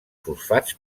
fosfats